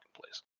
place